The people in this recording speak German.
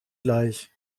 gleich